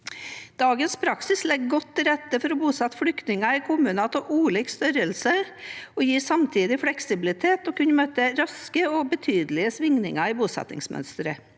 Dagens praksis legger godt til rette for å bosette flyktninger i kommuner av ulik størrelse og gir samtidig fleksibilitet til å kunne møte raske og betydelige svingninger i bosettingsmønsteret.